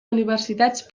universitats